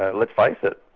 ah let's face it,